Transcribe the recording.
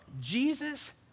Jesus